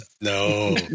No